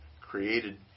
created